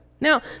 Now